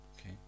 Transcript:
Okay